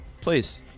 Please